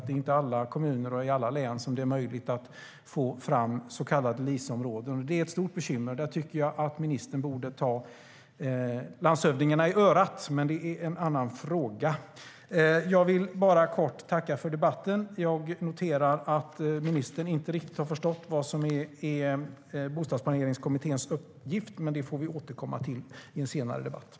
Det är inte i alla kommuner och alla län som det är möjligt att få fram så kallade LIS-områden. Det är ett stort bekymmer. Där tycker jag att ministern borde ta landshövdingarna i örat, men det är en annan fråga. Jag vill kort tacka för debatten. Jag noterar att ministern inte riktigt har förstått vad som är Bostadsplaneringskommitténs uppgift, men det får vi återkomma till i en senare debatt.